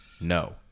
no